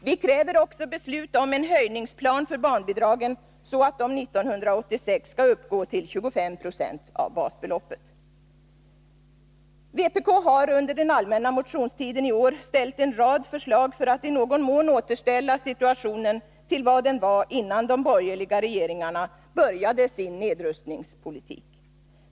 Vi kräver även beslut om en höjningsplan för barnbidragen så att de 1986 skall uppgå till 25 96 av basbeloppet. Vpk har under den allmänna motionstiden i år ställt en rad förslag för att i någon mån återställa situationen till vad den var innan de borgerliga regeringarna började sin nedrustningspolitik.